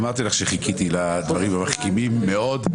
אמרתי לך שחיכיתי לדברים המחכימים מאוד.